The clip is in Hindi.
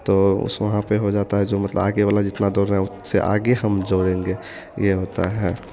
तो उस वहाँ पर हो जाता है जो मतलब आगे वाला जितना दौड़ रहे हैं उससे आगे हम दौड़ेंगे यह होता है